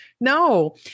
No